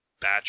batch